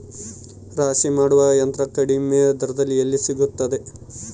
ರಾಶಿ ಮಾಡುವ ಯಂತ್ರ ಕಡಿಮೆ ದರದಲ್ಲಿ ಎಲ್ಲಿ ಸಿಗುತ್ತದೆ?